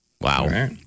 Wow